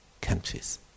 countries